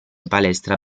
palestra